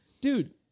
dude